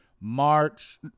March